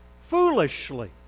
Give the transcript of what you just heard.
foolishly